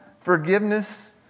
forgiveness